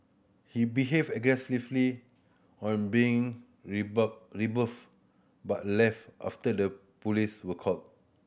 he behaved aggressively on being rebuffed but left after the police were called